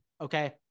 Okay